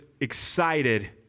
excited